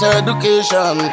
education